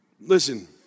Listen